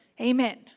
Amen